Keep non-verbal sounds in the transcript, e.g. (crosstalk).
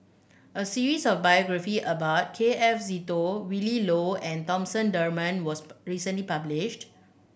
a series of biography about K F Seetoh Willin Low and Thomas Dunman was (unintelligible) recently published